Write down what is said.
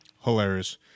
Hilarious